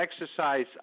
exercise